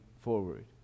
forward